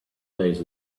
days